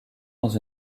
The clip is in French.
dans